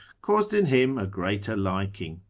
caused in him a greater liking.